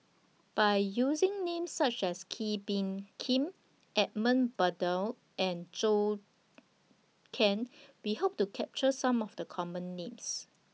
By using Names such as Kee Bee Khim Edmund Blundell and Zhou Can We Hope to capture Some of The Common Names